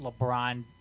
LeBron